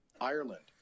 ireland